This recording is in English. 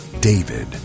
david